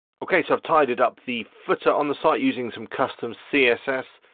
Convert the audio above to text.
okay, so i've tidied up the footer on the site using some custom css.